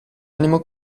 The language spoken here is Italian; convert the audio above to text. animo